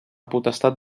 potestat